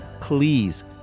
please